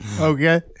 Okay